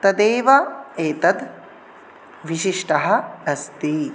तदेव एतत् विशिष्टम् अस्ति